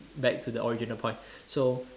back to the original point so